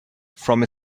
from